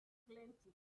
plenty